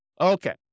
Okay